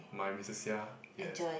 my missus Seah yes